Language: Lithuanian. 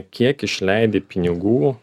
kiek išleidi pinigų